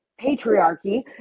patriarchy